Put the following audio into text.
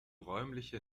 räumliche